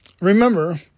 remember